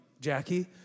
Jackie